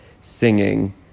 singing